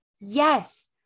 Yes